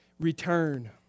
return